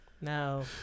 no